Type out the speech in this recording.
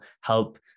help